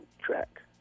track